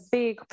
big